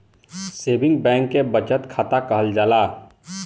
saving bank के बचत खाता कहल जाला